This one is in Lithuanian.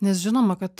nes žinoma kad